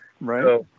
right